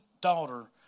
daughter